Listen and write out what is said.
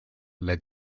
led